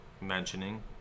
mentioning